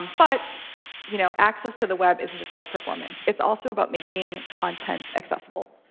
but you know access to the web isn't just about performance. it's also about making content accessible.